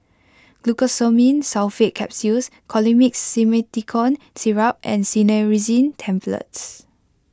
Glucosamine Sulfate Capsules Colimix Simethicone Syrup and Cinnarizine Tablets